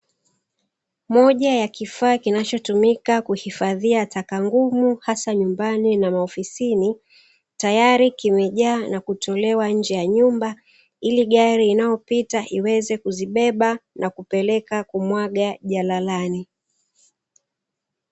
Moja ya kifaa kinachotumika kuhifadhia taka ngumu hasa nyumbani na maofisini, tayari kimejaa na kutolewa nje ya nyumba ili gari inayopita iweze kuzibeba na kupeleka kumwaga jaralani.